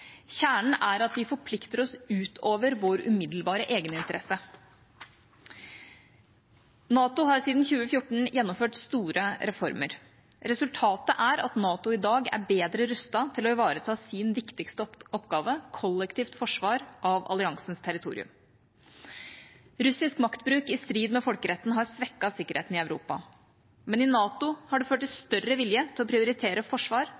Kjernen er at vi forplikter oss utover vår umiddelbare egeninteresse. NATO har siden 2014 gjennomført store reformer. Resultatet er at NATO i dag er bedre rustet til å ivareta sin viktigste oppgave: kollektivt forsvar av alliansens territorium. Russisk maktbruk i strid med folkeretten har svekket sikkerheten i Europa, men i NATO har det ført til større vilje til å prioritere forsvar